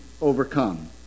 overcome